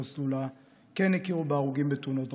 סלולה כן הכירו בהרוגים בתאונות דרכים.